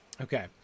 Okay